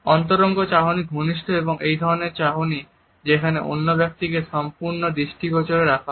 অন্তরঙ্গ চাহনি ঘনিষ্ঠ এবং এই ধরনের চাহনি যেখানে অন্য ব্যক্তিকে সম্পূর্ণ দৃষ্টিগোচরে রাখা হয়